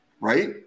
right